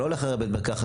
אתה לא הולך לבית מרקחת,